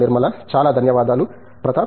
నిర్మల చాలా ధన్యవాదాలు ప్రతాప్